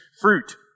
fruit